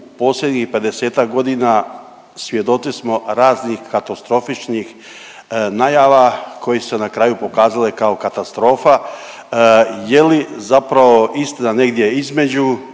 u posljednjih pedesetak godina svjedoci smo raznih katastrofičnih najava koje su se na kraju pokazale kao katastrofa je li zapravo istina negdje između.